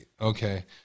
okay